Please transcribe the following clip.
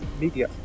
media